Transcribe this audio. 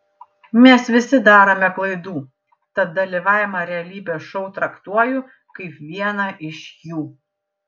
mes visi darome klaidų tad dalyvavimą realybės šou traktuoju kaip vieną iš jų